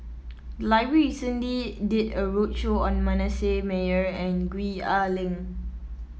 the library recently did a roadshow on Manasseh Meyer and Gwee Ah Leng